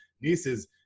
nieces